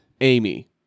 Amy